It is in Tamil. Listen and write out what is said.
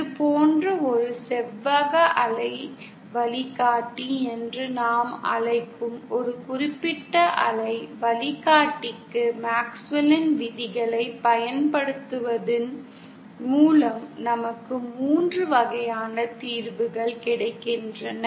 இது போன்ற ஒரு செவ்வக அலை வழிகாட்டி என்று நாம் அழைக்கும் ஒரு குறிப்பிட்ட அலை வழிகாட்டிக்கு மேக்ஸ்வெல்லின் விதிகளைப் பயன்படுத்துவதன் மூலம் நமக்கு 3 வகையான தீர்வுகள் கிடைக்கின்றன